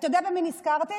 אתה יודע במי נזכרתי?